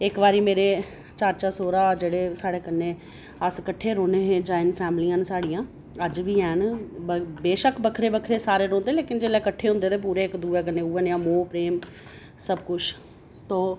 इक बारी मेरे चाचा सौह्रा जेह्ड़े साढ़े कन्नै अस कट्ठे रौहने हे जाइंट फैमिलियां न साढ़ियां अज्ज बी हैन बेशक बक्खरे बक्खरे सारे रौंह्दे न लेकिन जेल्लै कट्ठे होंदे न ते पूरे इक दूए कन्नै उ'यै नेहा मोह् प्रेम सब कुछ तो